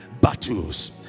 battles